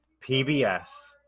PBS